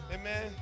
Amen